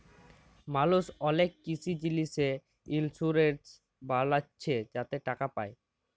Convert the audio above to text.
মালুস অলেক কিসি জিলিসে ইলসুরেলস বালাচ্ছে যাতে টাকা পায়